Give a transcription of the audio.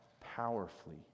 powerfully